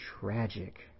tragic